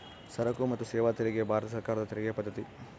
ಸರಕು ಮತ್ತು ಸೇವಾ ತೆರಿಗೆ ಭಾರತ ಸರ್ಕಾರದ ತೆರಿಗೆ ಪದ್ದತಿ